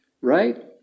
right